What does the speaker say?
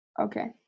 Okay